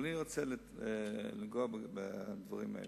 אבל אני רוצה לנגוע בדברים האלה.